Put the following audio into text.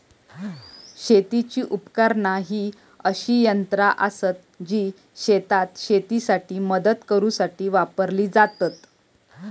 शेतीची उपकरणा ही अशी यंत्रा आसत जी शेतात शेतीसाठी मदत करूसाठी वापरली जातत